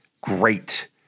great